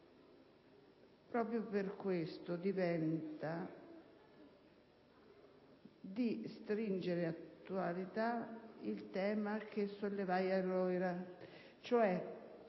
Proprio per questo diventa di stringente attualità il quesito che sollevai allora: cioè,